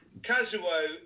Kazuo